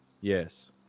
yes